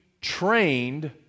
trained